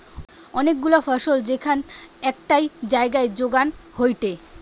অনেক গুলা ফসল যেখান একটাই জাগায় যোগান হয়টে